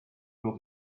will